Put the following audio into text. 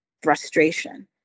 frustration